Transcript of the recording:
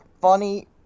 Funny